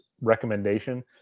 recommendation